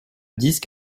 disque